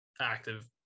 active